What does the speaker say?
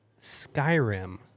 Skyrim